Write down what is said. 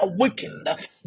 awakened